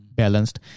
balanced